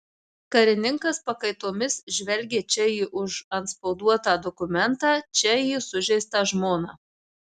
karininkas pakaitomis žvelgė čia į užantspauduotą dokumentą čia į sužeistą žmoną